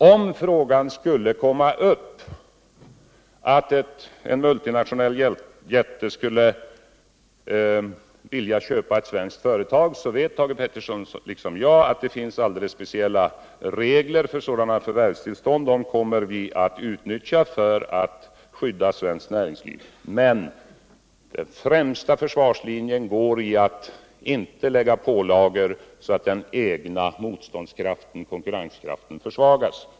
Om frågan skulle uppkomma att en multinationell jätte vill köpa ett svenskt företag, så vet Thage Peterson liksom jag att det finns alldeles speciella regler för sådana förvärv. De reglerna kommer vi att utnyttja för att skydda svenskt näringsliv. Men den främsta försvarslinjen går som sagt ut på att inte lägga på sådana pålagor att den egna konkurrenskraften försvagas.